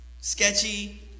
sketchy